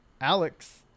Alex